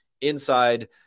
inside